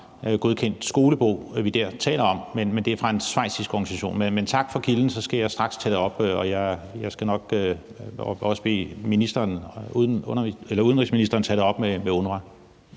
UNRWA-godkendt skolebog, vi taler om, men det er fra en schweizisk organisation. Tak for kilden, så skal jeg straks tage det op, og jeg skal nok også bede udenrigsministeren tage det op med UNRWA.